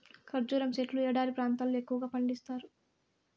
ఖర్జూరం సెట్లు ఎడారి ప్రాంతాల్లో ఎక్కువగా పండిత్తారు